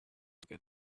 get